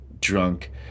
drunk